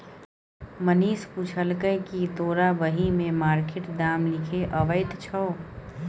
मनीष पुछलकै कि तोरा बही मे मार्केट दाम लिखे अबैत छौ